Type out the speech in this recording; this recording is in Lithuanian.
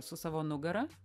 su savo nugara